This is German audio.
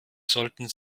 sollten